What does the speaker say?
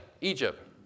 Egypt